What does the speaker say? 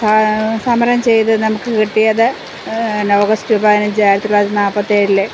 സമരം ചെയ്ത് നമുക്ക് കിട്ടിയത് ഓഗസ്റ്റ് പതിനഞ്ച് ആയിരത്തിത്തൊള്ളായിരത്തി നാല്പത്തിയേഴിലെ